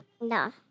No